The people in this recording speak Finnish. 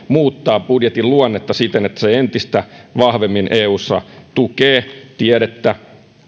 muuttaa budjetin luonnetta siten että se entistä vahvemmin eussa tukee tiedettä